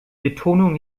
betonung